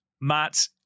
Matt